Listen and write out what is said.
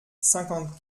cinquante